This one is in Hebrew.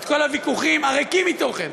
את כל הוויכוחים הריקים מתוכן,